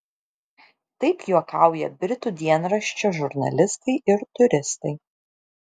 taip juokauja britų dienraščio žurnalistai ir turistai